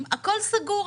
הכול סגור,